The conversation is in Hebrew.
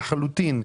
לחלוטין,